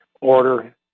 order